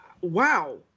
Wow